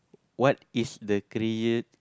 what is the cra~